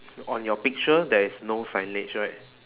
on your picture there is no signage right